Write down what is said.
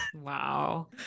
wow